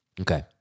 Okay